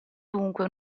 dunque